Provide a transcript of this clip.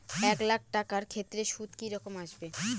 এক লাখ টাকার ক্ষেত্রে সুদ কি রকম আসবে?